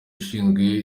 ushinzwe